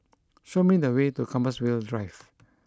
show me the way to Compassvale Drive